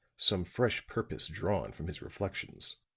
some fresh purpose drawn from his reflections.